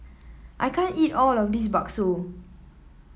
I can't eat all of this bakso